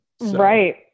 Right